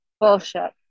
bullshit